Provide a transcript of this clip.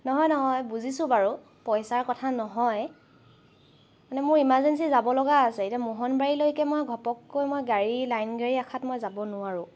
নহয় নহয় বুজিছো বাৰু পইচাৰ কথা নহয় মানে মোৰ ইমাৰ্জেঞ্চি যাব লগা আছে এতিয়া মোহনবাৰীলৈকে মই ঘপককৈ মই গাড়ী লাইন গাড়ী আশাত মই যাব নোৱাৰো